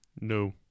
no